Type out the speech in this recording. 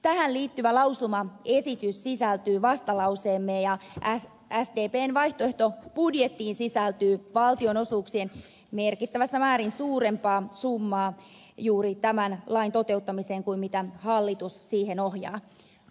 tähän liittyvä lausumaesitys sisältyy vastalauseeseemme ja sdpn vaihtoehtobudjettiin sisältyy valtionosuuksien merkittävässä määrin suurempi summa juuri tämän lain toteuttamiseen kuin hallitus siihen ohjaa